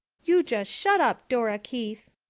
you just shut up, dora keith.